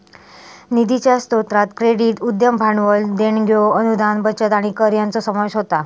निधीच्या स्रोतांत क्रेडिट, उद्यम भांडवल, देणग्यो, अनुदान, बचत आणि कर यांचो समावेश होता